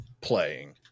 playing